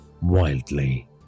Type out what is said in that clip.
wildly